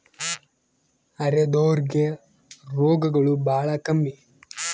ಅರೆದೋರ್ ಗೆ ರೋಗಗಳು ಬಾಳ ಕಮ್ಮಿ